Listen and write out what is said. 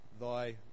thy